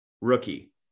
rookie